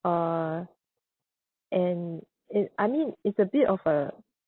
uh and it I mean it's a bit of a